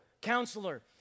Counselor